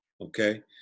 Okay